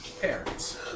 Parents